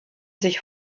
sich